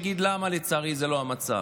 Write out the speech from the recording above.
אגיד למה לצערי זה לא המצב.